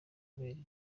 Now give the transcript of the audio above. kubera